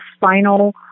final